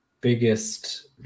biggest